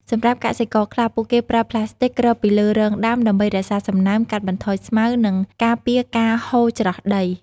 សម្រាប់កសិករខ្លះ ពួកគេប្រើ ប្លាស្ទិក គ្របពីលើរងដាំ ដើម្បីរក្សាសំណើម កាត់បន្ថយស្មៅ និងការពារការហូរច្រោះដី។